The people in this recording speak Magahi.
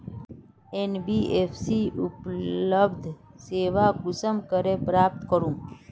एन.बी.एफ.सी उपलब्ध सेवा कुंसम करे प्राप्त करूम?